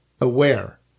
aware